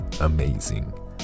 amazing